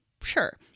Sure